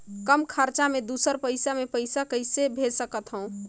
कम खरचा मे दुसर शहर मे पईसा कइसे भेज सकथव?